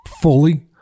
fully